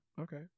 Okay